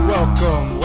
Welcome